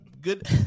Good